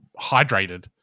hydrated